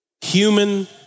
Human